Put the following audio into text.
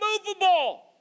unmovable